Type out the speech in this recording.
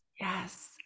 Yes